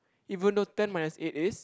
even though ten minus eight is